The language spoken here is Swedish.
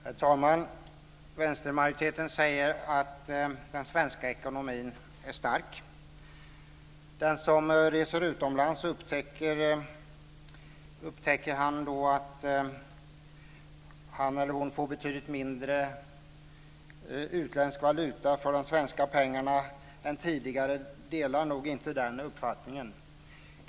Herr talman! Vänstermajoriteten säger att den svenska ekonomin är stark. Den som reser utomlands och upptäcker att han eller hon får betydligt mindre utländsk valuta för de svenska pengarna än tidigare delar nog inte den uppfattningen.